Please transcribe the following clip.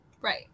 right